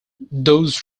those